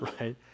right